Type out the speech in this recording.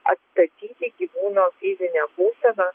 atstatyti gyvūno fizinę būklę na